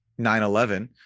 9-11